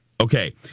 Okay